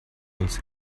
uns